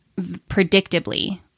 predictably